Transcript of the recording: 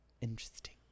Interesting